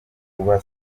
kuba